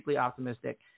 optimistic